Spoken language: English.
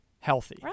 Healthy